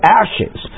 ashes